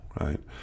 right